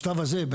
בשלב הזה,